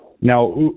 Now